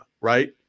right